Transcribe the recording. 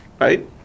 right